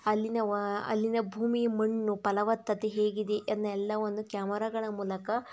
ಅಲ್ಲಿನ ಅಲ್ಲಿನ ಭೂಮಿಯ ಮಣ್ಣು ಫಲವತ್ತತೆ ಹೇಗಿದೆ ಅದನ್ನೆಲ್ಲವನ್ನೂ ಕ್ಯಾಮರಾಗಳ ಮೂಲಕ